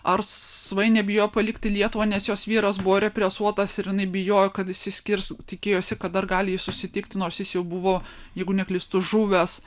ar svainė bijojo palikti lietuvą nes jos vyras buvo represuotas ir jinai bijojo kad išsiskirs tikėjosi kad dar gali jį susitikti nors jis jau buvo jeigu neklystu žuvęs